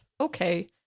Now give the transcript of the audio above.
okay